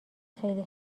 خیلی